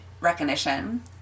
recognition